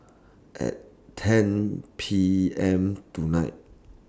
At ten P M tonight